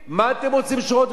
מה עוד אתם רוצים שהוא יעשה?